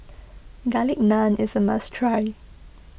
Garlic Naan is a must try